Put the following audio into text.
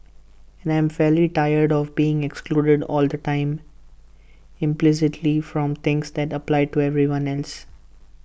and I'm fairly tired of being excluded all the time implicitly from things that apply to everyone else